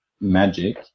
magic